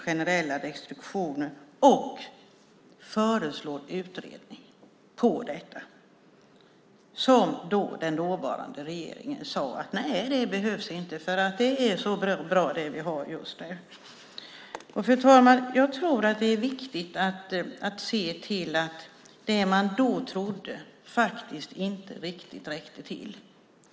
generella restriktioner", och man föreslår utredning av detta. Men den dåvarande regeringen sade: Nej, det behövs inte, för det är så bra, det vi har just nu! Fru talman! Jag tror att det är viktigt att se att det man då trodde faktiskt inte riktigt räckte till.